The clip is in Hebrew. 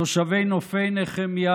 בגירים, נערים,